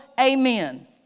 amen